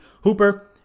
Hooper